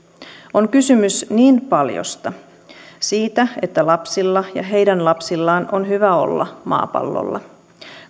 on kysymys niin paljosta siitä että lapsilla ja heidän lapsillaan on hyvä olla maapallolla